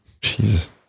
Jesus